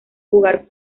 jugar